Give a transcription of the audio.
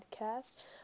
Podcast